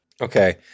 okay